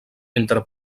entre